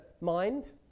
mind